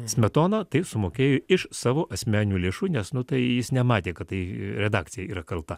smetona tai sumokėjo iš savo asmeninių lėšų nes nu tai jis nematė kad tai redakcija yra kalta